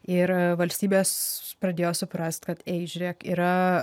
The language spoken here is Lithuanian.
ir valstybės pradėjo suprast kad ei žiūrėk yra